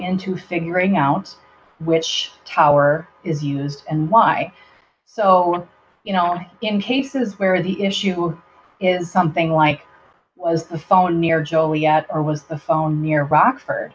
now which tower is used and why so you know in cases where the issue is something like was the phone near joliet or was the phone near rockford